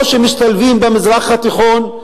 או שמשתלבים במזרח התיכון,